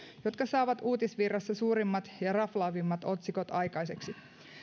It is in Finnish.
jotka saavat uutisvirrassa suurimmat ja raflaavimmat otsikot aikaiseksi